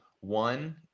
one